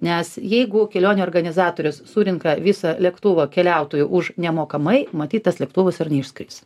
nes jeigu kelionių organizatorius surenka visą lėktuvą keliautojų už nemokamai matyt tas lėktuvus ir neišskris